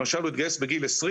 למשל הוא התגייס בגיל 20,